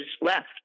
left